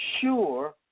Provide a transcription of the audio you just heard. Sure